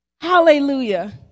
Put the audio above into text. Hallelujah